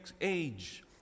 age